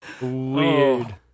Weird